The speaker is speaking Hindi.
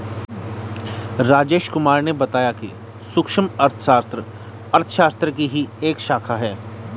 राजेश कुमार ने बताया कि सूक्ष्म अर्थशास्त्र अर्थशास्त्र की ही एक शाखा है